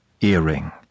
earring